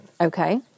Okay